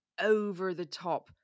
over-the-top